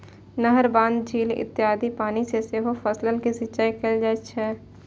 नहर, बांध, झील इत्यादिक पानि सं सेहो फसलक सिंचाइ कैल जाइ छै